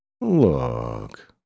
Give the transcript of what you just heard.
look